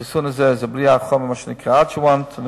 החיסון הזה הוא בלי החומר שנקרא "אדג'ובנט".